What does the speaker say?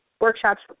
workshops